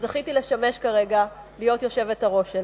שזכיתי להיות כרגע היושבת-ראש שלה.